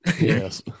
yes